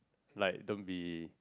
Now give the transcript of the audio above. like don't be